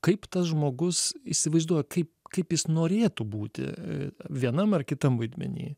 kaip tas žmogus įsivaizduoja kaip kaip jis norėtų būti vienam ar kitam vaidmeny